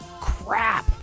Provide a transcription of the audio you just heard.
crap